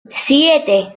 siete